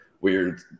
weird